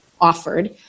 offered